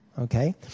Okay